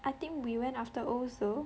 I think we went after O's though